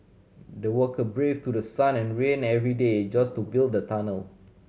the worker brave through sun and rain every day just to build the tunnel